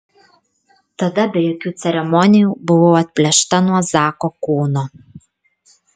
tada be jokių ceremonijų buvau atplėšta nuo zako kūno